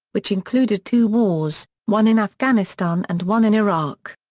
which included two wars, one in afghanistan and one in iraq.